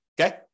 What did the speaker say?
Okay